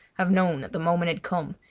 have known that the moment had come,